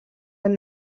ein